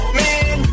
man